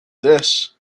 this